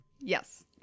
Yes